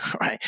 right